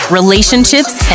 relationships